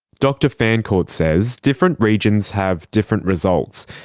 dr fancourt says different regions have different results,